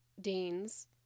Danes